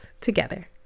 together